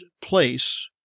place